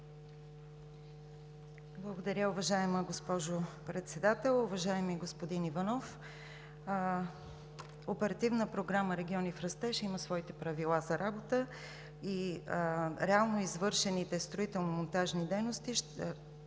Благодаря, уважаема госпожо Председател. Уважаеми господин Иванов, Оперативна програма „Региони в растеж“ има своите правила за работа. Проверка на реално извършените строително-монтажни работи ще бъде